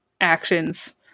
actions